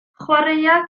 chwaraea